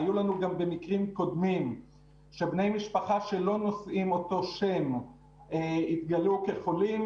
היו לנו גם במקרים קודמים שבני משפחה שלא נושאים אותו שם התגלו כחולים,